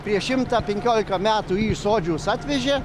prieš šimtą penkiolika metų jį iš sodžiaus atvežė